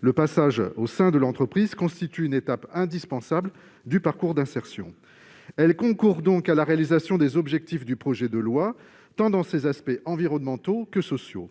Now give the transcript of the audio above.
le passage au sein de l'entreprise constitue une étape indispensable du parcours d'insertion. Ces entreprises concourent donc à la réalisation des objectifs du projet de loi, dans ses aspects tant environnementaux que sociaux.